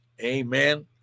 Amen